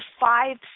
five